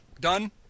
done